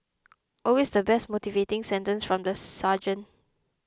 always the best motivating sentence from the sergeant